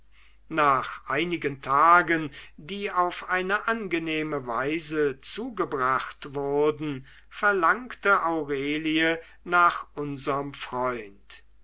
nach einigen tagen die auf eine angenehme weise zugebracht wurden verlangte aurelie nach unserm freund